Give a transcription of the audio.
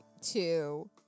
two